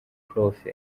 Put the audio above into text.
prof